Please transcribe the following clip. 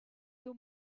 you